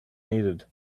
needed